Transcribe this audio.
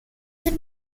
this